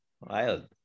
Wild